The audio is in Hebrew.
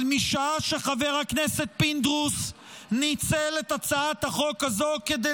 אבל משעה שחבר הכנסת פינדרוס ניצל את הצעת החוק הזו כדי